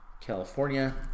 California